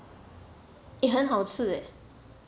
eh 很好吃 eh